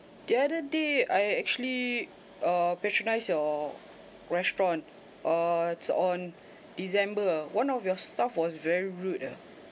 the other day I actually uh patronise your restaurant err it's on december one of your staff was very rude ah